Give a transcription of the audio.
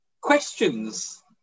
Questions